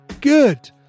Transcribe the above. good